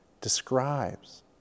describes